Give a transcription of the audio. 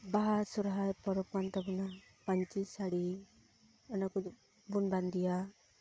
ᱵᱟᱦᱟ ᱥᱚᱨᱦᱟᱭ ᱯᱚᱨᱚᱵᱽ ᱠᱟᱱ ᱛᱟᱵᱚᱱᱟ ᱯᱟᱧᱪᱤ ᱥᱟᱲᱤ ᱚᱱᱟ ᱠᱚᱫᱚᱵᱚᱱ ᱵᱟᱸᱫᱮᱭᱟ